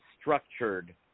structured